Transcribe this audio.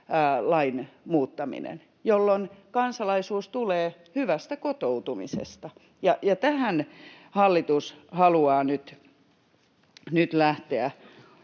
muuttaminen, jolloin kansalaisuus tulee hyvästä kotoutumisesta. Tähän hallitus haluaa nyt lähteä